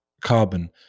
carbon